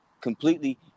Completely